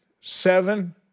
Seven